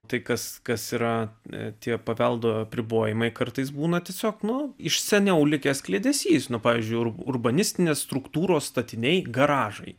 tai kas kas yra ne tie paveldo apribojimai kartais būna tiesiog nu iš seniau likęs kliedesys nu pavyzdžiui ur urbanistinės struktūros statiniai garažai